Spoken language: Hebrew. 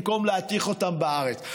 במקום להתיך אותם בארץ.